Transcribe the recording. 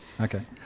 okay